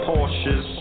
Porsches